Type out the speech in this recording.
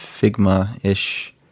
Figma-ish